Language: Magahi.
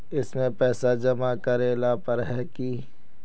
इसमें पैसा जमा करेला पर है की?